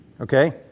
okay